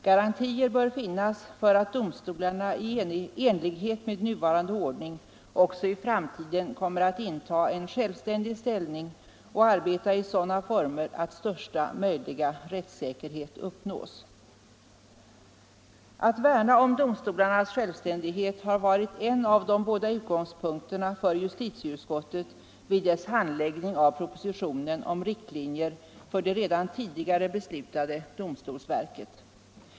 Garantier bör finnas för att domstolarna i enlighet med nuvarande ordning också i framtiden kommer att intaga en självständig ställning och arbeta i sådana former att största möjliga rättssäkerhet uppnås.” Att värna om domstolarnas självständighet har varit en av de båda utgångspunkterna för justitieutskottet vid dess handläggning av propositionen om riktlinjer för det redan tidigare beslutade domstolsverket.